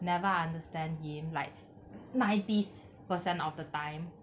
never understand him like ninety percent of the time